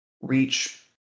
reach